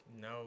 no